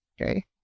Okay